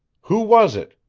who was it?